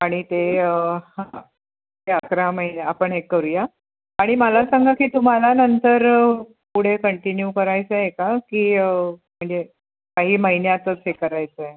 आणि ते हां ते अकरा महिने आपण हे करूया आणि मला सांगा की तुम्हाला नंतर पुढे कंटिन्यू करायचं आहे का की म्हणजे काही महिन्यातच हे करायचं आहे